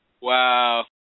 Wow